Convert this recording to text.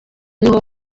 niho